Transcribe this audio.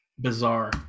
bizarre